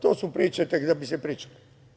To su priče da bi se pričale.